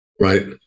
Right